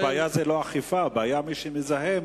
הבעיה היא לא האכיפה אלא מי שמזהם.